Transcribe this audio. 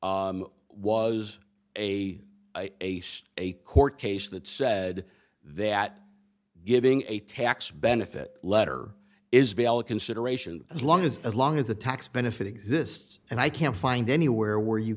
was a aced a court case that said that giving a tax benefit letter is valid consideration as long as as long as the tax benefit exists and i can't find anywhere where you